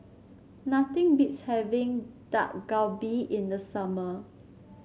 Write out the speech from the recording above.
nothing beats having Dak Galbi in the summer